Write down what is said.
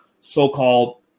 so-called